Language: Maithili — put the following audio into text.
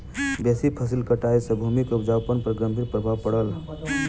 बेसी फसिल कटाई सॅ भूमि के उपजाऊपन पर गंभीर प्रभाव पड़ल